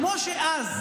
כמו שאז,